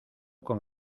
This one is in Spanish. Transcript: con